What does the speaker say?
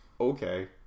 okay